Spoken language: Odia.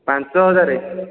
ପାଞ୍ଚ ହଜାର